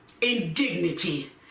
indignity